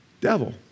devil